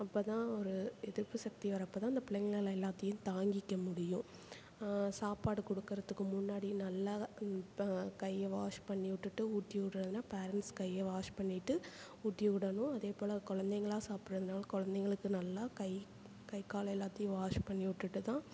அப்போ தான் ஒரு எதிர்ப்புசக்தி வர்றப்போ தான் அந்த பிள்ளைங்களால எல்லாத்தையும் தாங்கிக்க முடியும் சாப்பாடு கொடுக்கறதுக்கு முன்னாடி நல்லா இப்போ கையை வாஷ் பண்ணி விட்டுட்டு ஊட்டிவிடுறதுன்னா பேரன்ட்ஸ் கையை வாஷ் பண்ணிட்டு ஊட்டி விடணும் அதேபோல் குழந்தைங்களா சாப்பிட்றதுனாலும் குழந்தைங்களுக்கு நல்லா கை கை கால் எல்லாத்தையும் வாஷ் பண்ணி விட்டுட்டு தான்